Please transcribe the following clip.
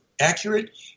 accurate